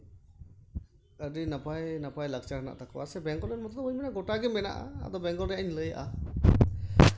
ᱟᱹᱰᱤ ᱱᱟᱯᱟᱭ ᱱᱟᱯᱟᱭ ᱞᱟᱠᱪᱟᱨ ᱦᱮᱱᱟᱜ ᱛᱟᱠᱚᱣᱟ ᱥᱮ ᱵᱮᱝᱜᱚᱞ ᱨᱮᱱ ᱢᱚᱛᱚ ᱫᱚ ᱵᱟᱹᱧ ᱵᱟᱲᱟᱭᱟ ᱜᱚᱴᱟ ᱜᱮ ᱢᱮᱱᱟᱜᱼᱟ ᱟᱫᱚ ᱵᱮᱝᱜᱚᱞ ᱨᱮᱱᱟᱜ ᱤᱧ ᱞᱟᱹᱭᱮᱫᱼᱟ